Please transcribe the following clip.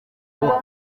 kuko